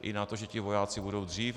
I na to, že ti vojáci budou dřív.